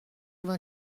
vingt